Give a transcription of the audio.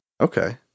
okay